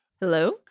Hello